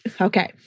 Okay